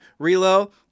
Relo